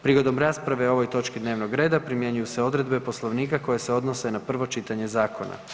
Prigodom rasprave o ovoj točci dnevnog reda primjenjuju se odredbe Poslovnika koje se odnose na prvo čitanje zakona.